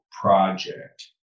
project